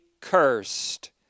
cursed